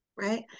right